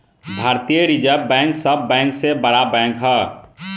भारतीय reserve bank सब bank से बड़ बैंक ह